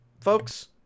Folks